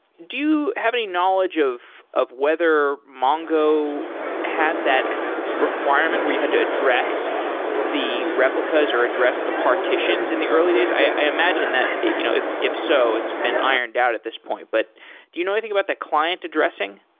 do you have any knowledge of of whether mongo had that requirement where you had to address the replicas or addressed the partitions in the early days? i imagine that you know if if so, it's been ironed out at this point. but do you know anything about the client addressing?